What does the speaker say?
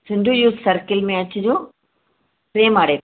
Sindhi youth circle में अचिजो ॿिएं माड़े ते